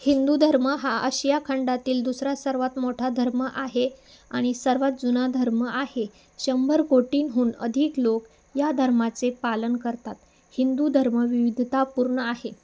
हिंदू धर्म हा आशिया खंडातील दुसरा सर्वात मोठा धर्म आहे आणि सर्वात जुना धर्म आहे शंभर कोटींहून अधिक लोक या धर्माचे पालन करतात हिंदू धर्म विविधतापूर्ण आहे